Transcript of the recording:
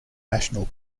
national